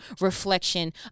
reflection